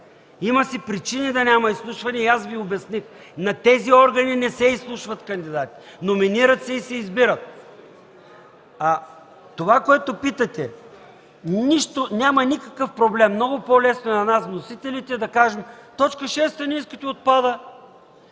Има си причини да няма изслушване и аз Ви обясних – на тези органи не се изслушват кандидати. Номинират се и се избират. Това, което питате, няма никакъв проблем. Много по-лесно е за нас, вносителите, да кажем: Точка 6 не искате – отпада.